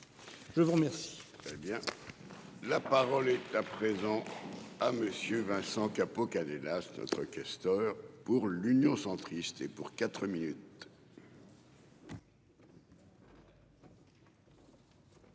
Je vous remercie. Très bien. La parole est à présent à monsieur Vincent Capo Canellas autres questeurs pour l'Union centriste et pour quatre minutes.